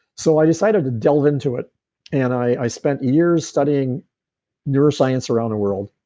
so, i decided to delve into it and i spent years studying neuroscience around the world.